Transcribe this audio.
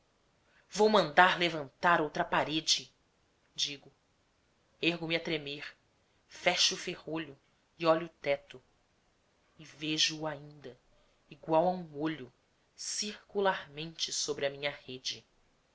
vou mandar levantar outra parede digo ergo me a tremer fecho o ferrolho e olho o teto e vejo o ainda igual a um olho circularmente sobre a minha rede